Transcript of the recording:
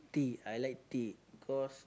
tea I like tea because